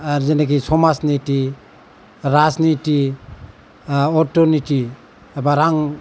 जेनेकि समाज निति राजनिति अर्थनिति एबा रां